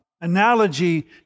analogy